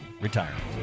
Retirement